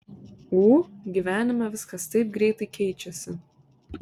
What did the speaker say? ū gyvenime viskas taip greitai keičiasi